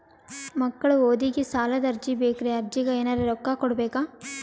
ಮಕ್ಕಳ ಓದಿಗಿ ಸಾಲದ ಅರ್ಜಿ ಬೇಕ್ರಿ ಅರ್ಜಿಗ ಎನರೆ ರೊಕ್ಕ ಕೊಡಬೇಕಾ?